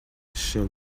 should